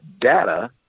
data